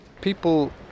People